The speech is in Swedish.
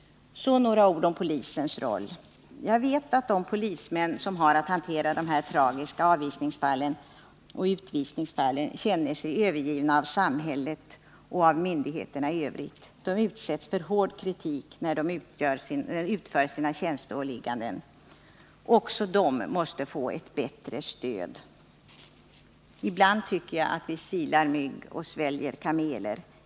Så några ord om polisens roll. Jag vet att de polismän som har att hantera de här tragiska avvisningsoch utvisningsfallen känner sig övergivna av myndigheterna och av samhället i övrigt. De utsätts för hård kritik när de utför sina tjänsteåligganden. Också de måste få ett bättre stöd. Ibland tycker jag att vi silar mygg och sväljer kameler.